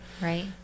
Right